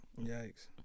Yikes